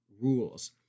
rules